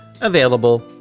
available